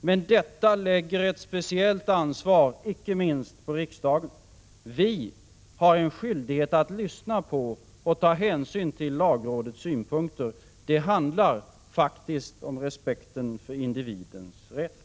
Men detta lägger ett speciellt ansvar på riksdagen. Vi har en skyldighet att lyssna på och ta hänsyn till lagrådets synpunkter. Det handlar om respekten för individens rätt.